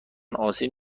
آسیب